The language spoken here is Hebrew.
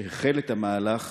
שהחל את המהלך